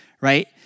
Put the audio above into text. right